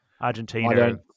Argentina